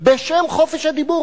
בשם חופש הדיבור.